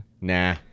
Nah